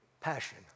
Passion